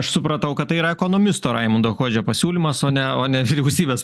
aš supratau kad tai yra ekonomisto raimundo kuodžio pasiūlymas o ne o ne vyriausybės